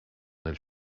nel